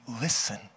listen